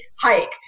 hike